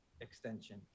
extension